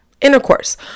intercourse